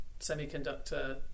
semiconductor